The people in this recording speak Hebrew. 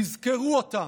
תזכרו אותם.